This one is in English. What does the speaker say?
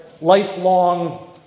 lifelong